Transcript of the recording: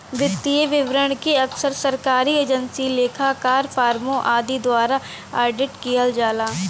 वित्तीय विवरण के अक्सर सरकारी एजेंसी, लेखाकार, फर्मों आदि द्वारा ऑडिट किहल जाला